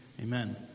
Amen